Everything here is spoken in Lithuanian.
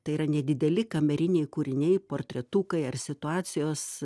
tai yra nedideli kameriniai kūriniai portretukai ar situacijos